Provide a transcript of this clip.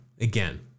again